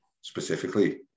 specifically